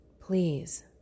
please